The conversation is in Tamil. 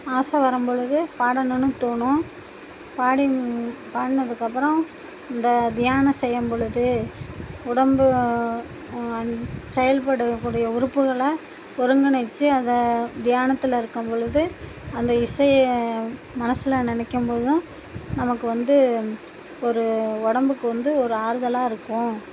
ஆசை வரும் பொழுது பாடணுன்னு தோணும் பாடி பாடினதுக்கப்பறோம் இந்த தியானம் செய்யும் பொழுது உடம்பு அன் செயல்படக்கூடிய உறுப்புகளை ஒருங்கிணைச்சு அதை தியானத்தில் இருக்கும் பொலுது அந்த இசையை மனசில் நினைக்கும் பொழுதும் நமக்கு வந்து ஒரு உடம்புக்கு வந்து ஒரு ஆறுதலாக இருக்கும்